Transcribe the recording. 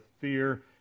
fear